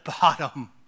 bottom